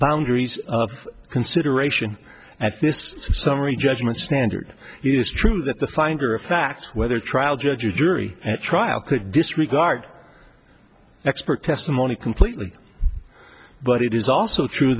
boundaries of consideration at this summary judgment standard it is true that the finder of fact whether a trial judge or jury trial could disregard expert testimony completely but it is also true